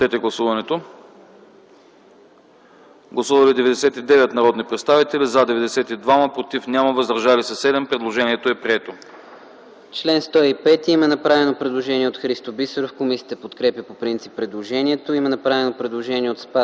по доклада. Гласували 98 народни представители: за 93, против няма, въздържали се 5. Предложението е прието.